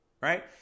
Right